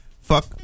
Fuck